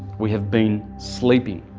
we have been sleeping.